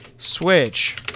Switch